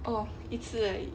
oh 一次而已